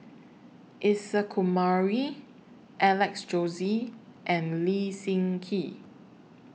Isa Kamari Alex Josey and Lee Seng Gee